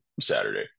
Saturday